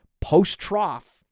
post-trough